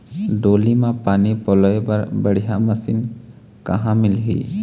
डोली म पानी पलोए बर बढ़िया मशीन कहां मिलही?